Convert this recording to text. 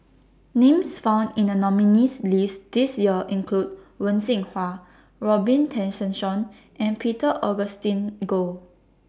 Names found in The nominees' list This Year include Wen Jinhua Robin Tessensohn and Peter Augustine Goh